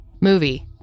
movie